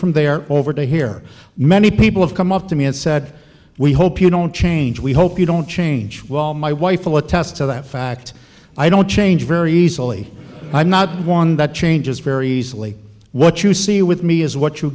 from there over to here many people have come up to me and said we hope you don't change we hope you don't change well my wife will attest to that fact i don't change very easily i'm not one that changes very easily what you see with me is what you